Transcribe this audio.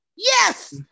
Yes